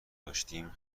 داشتیم